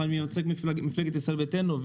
אני מייצג את מפלגת ישראל ביתנו,